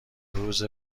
روزه